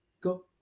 go